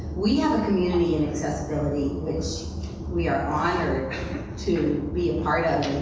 we have a community in accessibility, which we are honored to be a part of.